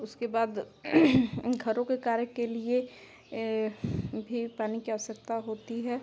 उसके बाद घरों के कार्य के लिए भी पानी की आवश्यकता होती है